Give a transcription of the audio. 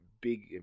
big